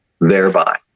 thereby